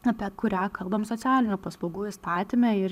apie kurią kalbam socialinių paslaugų įstatyme ir